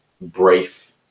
brief